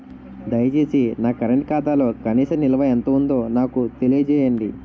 దయచేసి నా కరెంట్ ఖాతాలో కనీస నిల్వ ఎంత ఉందో నాకు తెలియజేయండి